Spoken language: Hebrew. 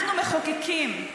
אנחנו מחוקקים,